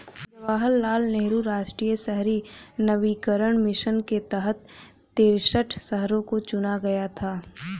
जवाहर लाल नेहरू राष्ट्रीय शहरी नवीकरण मिशन के तहत तिरेसठ शहरों को चुना गया था